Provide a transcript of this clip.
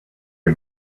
are